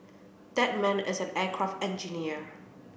that man is an aircraft engineer